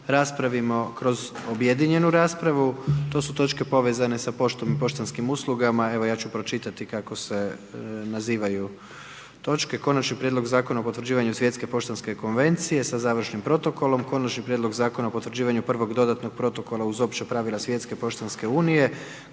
raspravimo kroz objedinjenu raspravu. To su točke povezane sa poštom i poštanskim uslugama. Evo ja ću pročitati kako se nazivaju. Točke Konačni prijedlog zakona o potvrđivanju svjetske poštanske konvencije sa završnim protokolom, Konačni prijedlog Zakona o potvrđivanju prvog dodatnog protokola uz opća pravila Svjetske poštanske unije,